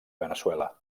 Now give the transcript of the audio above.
veneçuela